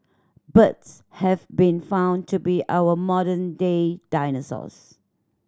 birds have been found to be our modern day dinosaurs